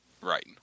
Right